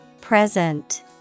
Present